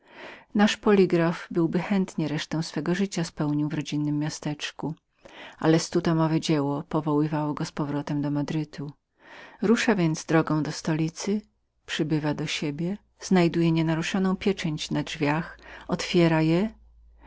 nasz polygraf byłby chętnie resztę swego życia spędził w rodzinnem miasteczku ale stutomowe dzieło powoływało go do madrytu rusza więc drogą do stolicy przybywa do siebie znajduje nienaruszoną pieczęć na drzwiach otwiera i